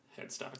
headstock